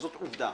זאת עובדה.